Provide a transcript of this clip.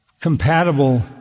compatible